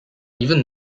even